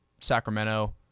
Sacramento